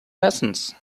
lessons